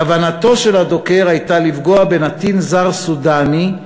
כוונתו של הדוקר הייתה לפגוע בנתין זר סודאני,